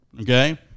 Okay